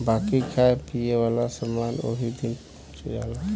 बाकी खाए पिए वाला समान ओही दिन पहुच जाला